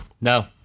No